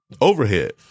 overhead